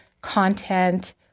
content